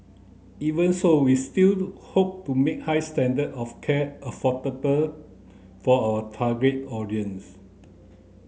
even so we still hope to make high standard of care affordable for our target audience